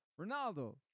Ronaldo